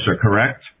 correct